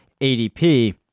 ADP